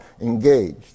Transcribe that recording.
engaged